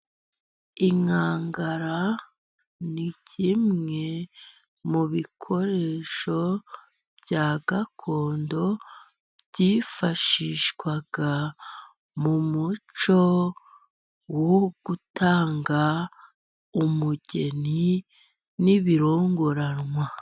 Inkangara ni kimwe mu bikoresho bya gakondo, byifashishwa mu muco wo gutanga umugeni n'ibirongoranwa.